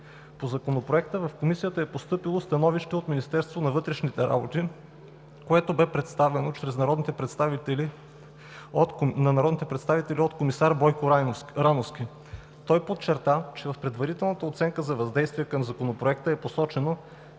По Законопроекта в Комисията е постъпило становище от Министерството на вътрешните работи, което бе представено пред народните представители от комисар Бойко Рановски. Той подчерта, че в предварителната оценка за въздействие към Законопроекта е посочено